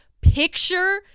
picture